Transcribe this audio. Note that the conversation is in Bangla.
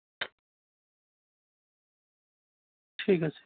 ঠিক আছে